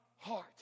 heart